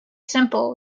simple